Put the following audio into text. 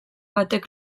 batek